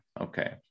Okay